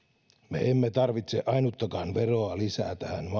me emme tarvitse ainuttakaan veroa lisää tähän maahan